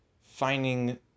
finding